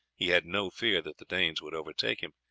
he had no fear that the danes would overtake him.